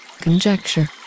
Conjecture